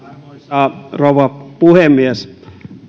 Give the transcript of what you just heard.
arvoisa rouva puhemies